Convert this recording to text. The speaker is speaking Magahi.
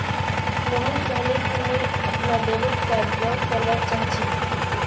मोहन कहले कि मुई अपनार डेबिट कार्ड ब्लॉक करवा चाह छि